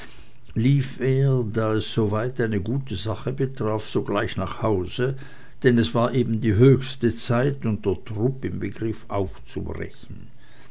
es soweit eine gute sache betraf sogleich nach hause denn es war eben die höchste zeit und der trupp im begriff aufzubrechen